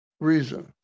reason